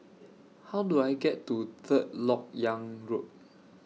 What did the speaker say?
How Do I get to Third Lok Yang Road